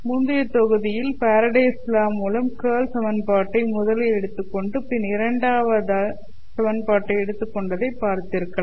முந்தைய தொகுதியில் Faraday's law Fahraday's law மூலம் கேர்ள் சமன்பாட்டை முதலில் எடுத்துக்கொண்டு பின் இரண்டாவது சமன்பாட்டை எடுத்துக் கொண்டதை பார்த்திருக்கலாம்